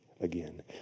again